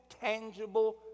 tangible